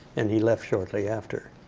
and he left shortly after.